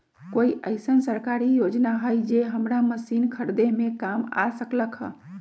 कोइ अईसन सरकारी योजना हई जे हमरा मशीन खरीदे में काम आ सकलक ह?